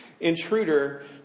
intruder